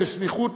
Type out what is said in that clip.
אדוני שר השיכון,